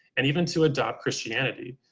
and even to adopt christianity.